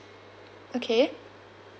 okay